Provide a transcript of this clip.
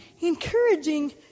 encouraging